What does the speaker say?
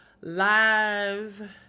live